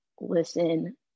listen